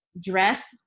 dress